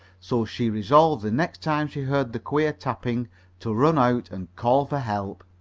so she resolved the next time she heard the queer tapping to run out and call for help.